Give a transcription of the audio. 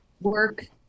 work